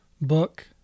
book